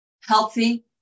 healthy